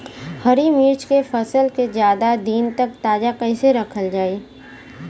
हरि मिर्च के फसल के ज्यादा दिन तक ताजा कइसे रखल जाई?